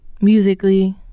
musically